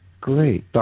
great